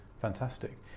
Fantastic